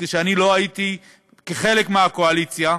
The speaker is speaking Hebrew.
כשאני לא הייתי חלק מהקואליציה,